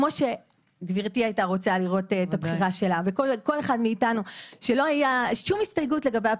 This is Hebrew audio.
כפי שגברתי וכל אחד מאתנו שלא היתה שום הסתייגות לגבי הבחירה.